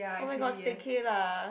oh my god staycay lah